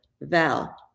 Val